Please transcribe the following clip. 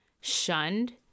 shunned